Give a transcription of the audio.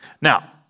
Now